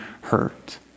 hurt